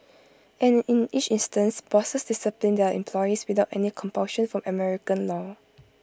and in each instance bosses disciplined their employees without any compulsion from American law